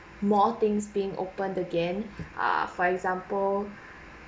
more things being opened again ah for example